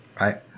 Right